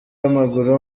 w’amaguru